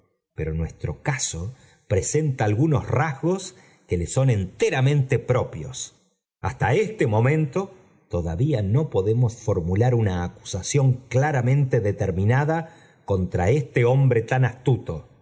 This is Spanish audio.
pero nuestro caso presenta algunos rasgos que lé son enteramente propios hasta este momento o podemos formular una acusación claramente determinada contra este hombre tan así